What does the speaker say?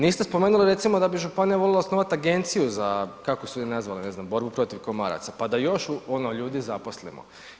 Niste spomenuli recimo da bi županija voljela osnovat agenciju za kako su je nazvali, ne znam, borbu protiv komaraca pa da još ljudi zaposlimo.